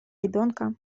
ребенка